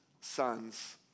sons